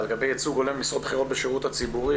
לגבי ייצוג הולם משרות בכירות בשירות הציבורי,